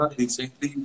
recently